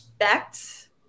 expect